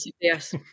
Yes